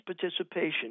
participation